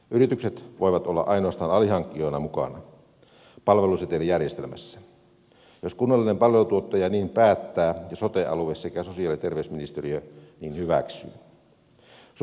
yritykset voivat olla ainoastaan alihankkijoina mukana palvelusetelijärjestelmässä jos kunnallinen palveluntuottaja niin päättää ja sote alue sekä sosiaali ja terveysministeriö niin hyväksyy